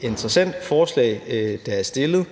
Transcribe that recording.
interessant forslag, der er fremsat.